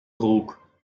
trug